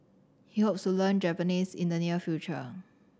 he hopes to learn Japanese in the near future